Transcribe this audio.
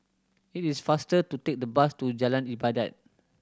it is faster to take the bus to Jalan Ibadat